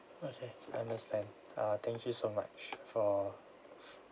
okay understand uh thank you so much for